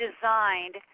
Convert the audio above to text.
designed